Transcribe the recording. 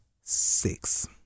six